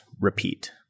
Repeat